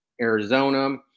Arizona